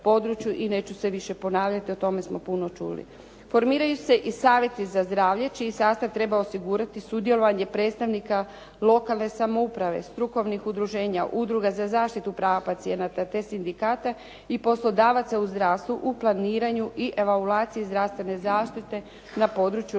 i neću se više ponavljati. O tome smo puno čuli. Formiraju se i savjeti za zdravlje čiji sastav treba osigurati sudjelovanje predstavnika lokalne samouprave, strukovnih udruženja, udruga za zaštitu prava pacijenata, te sindikata i poslodavaca u zdravstvu u planiranju i evaluaciji zdravstvene zaštite na području regionalne